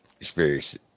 experience